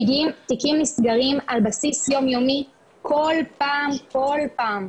תיקים נסגרים על בסיס יומיומי כל פעם כל פעם,